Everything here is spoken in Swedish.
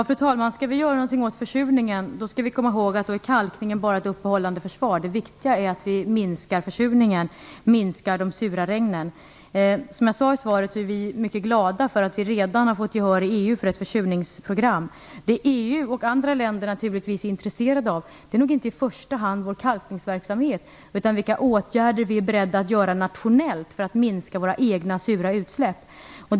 Fru talman! Om vi skall göra något åt försurningen skall vi komma ihåg att kalkningen bara är ett uppehållande försvar. Det viktiga är att vi minskar försurningen - minskar de sura regnen. Som jag sade i svaret är vi mycket glada för att vi redan har fått gehör för ett försurningsprogram i EU. Det EU och naturligtvis också andra länder är intresserade av är nog inte i första hand vår kalkningsverksamhet utan vilka åtgärder vi är beredda att vidta nationellt för att minska våra egna sura utsläpp.